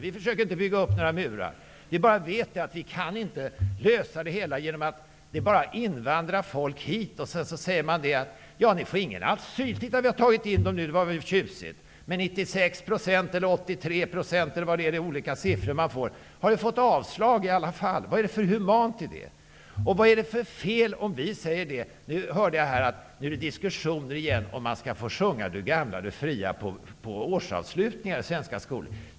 Vi försöker inte bygga upp några murar. Men vi vet att vi inte kan lösa problemen genom invandring hit till Man säger: Titta, nu har vi tagit in dessa människor i Sverige. Det är väl tjusigt. Men de får inte asyl. 96 % eller 83 % eller vad det är -- man får olika siffror -- har fått avslag på ansökan om asyl. Vad är det för humant i det? Vad är det för fel om vi säger det? Jag har hört att det är diskussioner om ifall man skall få sjunga Du gamla du fria på skolavslutningarna i svenska skolor.